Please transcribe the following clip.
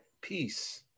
peace